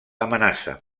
amenaça